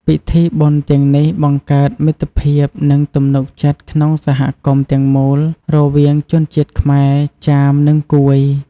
ពិធីបុណ្យទាំងនេះបង្កើតមិត្តភាព និងទំនុកចិត្តក្នុងសហគមន៍ទាំងមូលរវាងជនជាតិខ្មែរ ចាម និងកួយ។